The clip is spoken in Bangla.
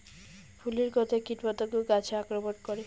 ফুলের গণ্ধে কীটপতঙ্গ গাছে আক্রমণ করে?